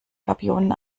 gabionen